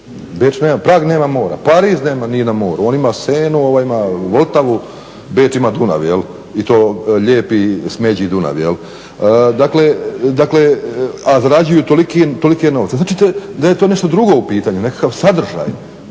Beč nema mora, Prag nema mora, Pariz nije na moru, on ima Seinu, ovaj ima Vltavu, Beč ima Dunav i to lijepi smeđi Dunav a zarađuju tolike novce, znači da je to nešto drugo u pitanju nekakav sadržaj